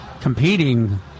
competing